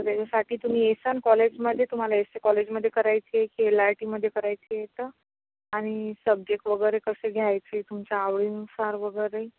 तेच्यासाठी तुम्ही येसान कॉलेजमध्ये तुम्हाला एस ए कॉलेजमध्ये करायची आहे की एल आर टीमध्ये करायची आहे का आणि सब्जेक्ट वगैरे कसे घ्यायचे तुमच्या आवडीनुसार वगैरे